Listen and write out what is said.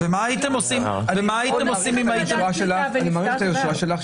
ומה הייתם עושים אם הייתם --- אני מעריך את היוזמה שלך,